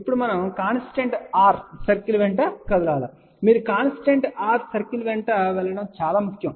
ఇప్పుడు మనం constant r circle వెంట కదులుతాము మీరు కాన్స్టెంట్ r సర్కిల్ వెంట వెళ్ళడం చాలా ముఖ్యం